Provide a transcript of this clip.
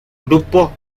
grupo